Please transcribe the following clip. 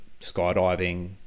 skydiving